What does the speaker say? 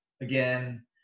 again